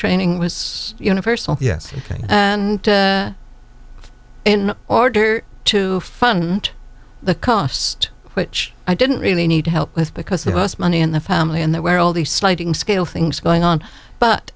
training was universal yes and in order to fund the cost which i didn't really need help with because of us money in the family and there were all these sliding scale things going on but